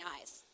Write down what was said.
eyes